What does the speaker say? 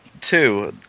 two